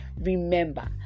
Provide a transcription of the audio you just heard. Remember